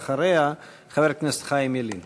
אחריה, חבר הכנסת חיים ילין.